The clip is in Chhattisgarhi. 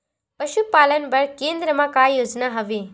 पशुपालन बर केन्द्र म का योजना हवे?